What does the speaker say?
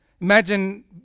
Imagine